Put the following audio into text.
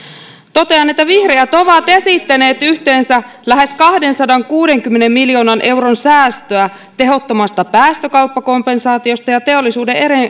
totean että vihreät ovat esittäneet yhteensä lähes kahdensadankuudenkymmenen miljoonan euron säästöä tehottomasta päästökauppakompensaatiosta ja teollisuuden